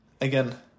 again